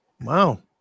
Wow